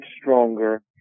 stronger